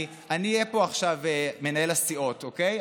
אני אהיה פה עכשיו מנהל הסיעות, אוקיי?